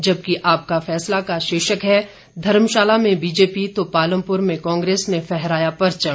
जबकि आपका फैसला का शीर्षक है धर्मशाला में बीजेपी तो पालमपुर में कांग्रेस ने फहराया परचम